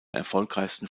erfolgreichsten